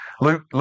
Luke